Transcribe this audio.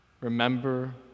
Remember